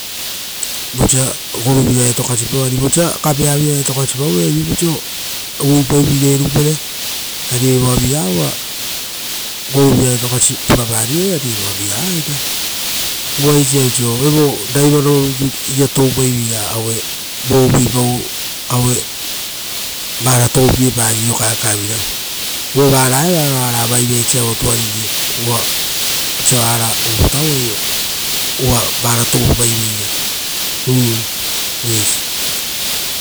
Vosa goruvira etokasi pau, ari kapea-a vira etokasi erupere. Ari evoa evoa viraga uva goruvira etokasi puraparivere ari evoa viragaita. Uva eisa oiso evo raiva rorutuia toupaiveira aue vo uvuipau aue vara toupee pari riro kaekae vira. Uva vara evara oara vaivai saro tuariri. uva- osa vara uvutavoi uva vara tavopai veira u- eisi